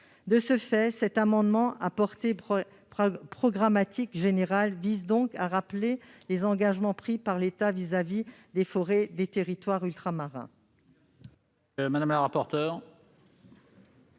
De ce fait, cet amendement à portée programmatique générale vise à rappeler les engagements pris par l'État à l'égard des forêts des territoires ultramarins.